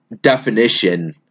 definition